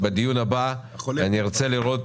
בדיון הבא אני ארצה לראות